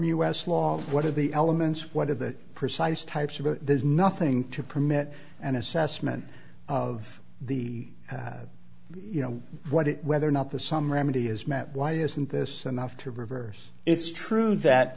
us law what are the elements what are the precise types of it there's nothing to permit an assessment of the you know what it whether or not the some remedy is met why isn't this enough to reverse it's true that